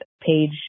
page